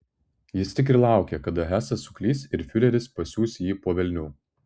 jis tik ir laukė kada hesas suklys ir fiureris pasiųs jį po velnių